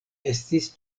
estis